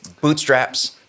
bootstraps